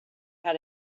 how